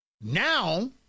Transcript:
Now